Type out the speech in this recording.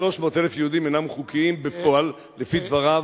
300,000 יהודים אינם חוקיים בפועל לפי דבריו,